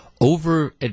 over